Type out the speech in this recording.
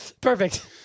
Perfect